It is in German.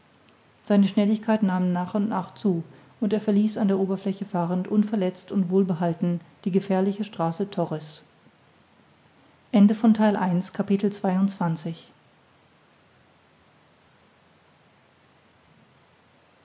seine schnelligkeit nahm nach und nach zu und er verließ an der oberfläche fahrend unverletzt und wohlbehalten die gefährliche straße